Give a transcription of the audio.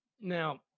now